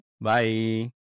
Bye